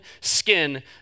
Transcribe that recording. skin